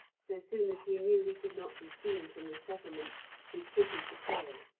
so soon as he knew he could not be seen from the settlement he quitted the trail,